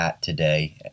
Today